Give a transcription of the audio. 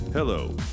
Hello